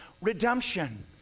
redemption